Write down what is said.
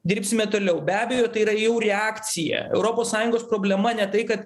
dirbsime toliau be abejo tai yra jau reakcija europos sąjungos problema ne tai kad